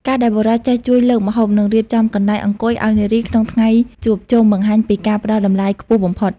ការដែលបុរសចេះជួយលើកម្ហូប និងរៀបចំកន្លែងអង្គុយឱ្យនារីក្នុងថ្ងៃជួបជុំ បង្ហាញពីការផ្ដល់តម្លៃខ្ពស់បំផុត។